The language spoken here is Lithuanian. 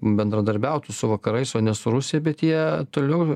bendradarbiautų su vakarais o ne su rusija bet jie toliau